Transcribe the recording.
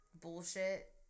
bullshit